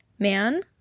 man